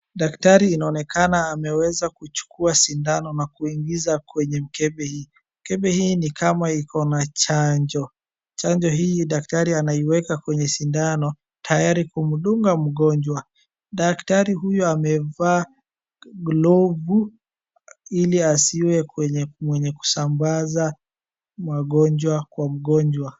Daktari inaonekana ameweza kuchukuwa sindano na kuingiza kwenye mkebe hii. Mkebe hii ni kama iko na chanjo, chanjo hii daktari anaiweka kwenye sindano, tayari kumdunga mgonjwa. Daktari huyu amevaa glavu ali asiwe mwenye kusambaza magonjwa kwa mgonjwa.